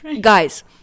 Guys